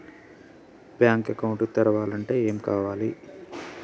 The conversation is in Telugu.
బ్యాంక్ అకౌంట్ తెరవాలంటే ఏమేం కావాలి?